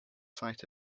sight